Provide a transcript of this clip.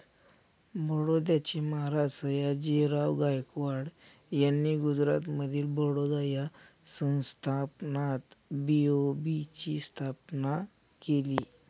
बडोद्याचे महाराज सयाजीराव गायकवाड यांनी गुजरातमधील बडोदा या संस्थानात बी.ओ.बी ची स्थापना केली